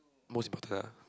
most important ah